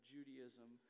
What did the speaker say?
Judaism